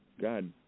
God